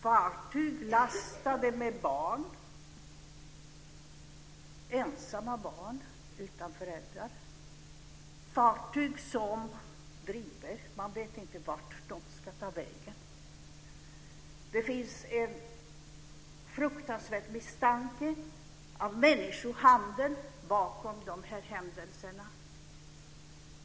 Det är fartyg lastade med barn, ensamma barn utan föräldrar, fartyg som driver och som inte vet vart de ska ta vägen. Det finns en fruktansvärd misstanke om människohandel bakom dessa händelser.